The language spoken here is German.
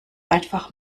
einfach